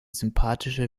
sympathische